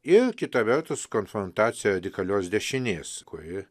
ir kita vertus konfrontacija radikalios dešinės kuri